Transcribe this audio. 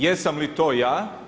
Jesam li to ja?